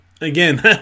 Again